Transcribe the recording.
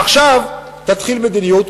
עכשיו תתחיל מדיניות,